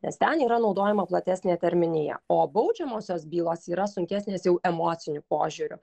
nes ten yra naudojama platesnė terminija o baudžiamosios bylos yra sunkesnės jau emociniu požiūriu